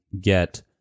get